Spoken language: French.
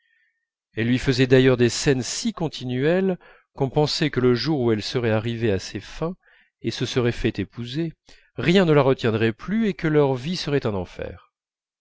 elle lui faisait d'ailleurs des scènes si continuelles qu'on pensait que le jour où elle serait arrivée à ses fins et se serait fait épouser rien ne la retiendrait plus et que leur vie serait un enfer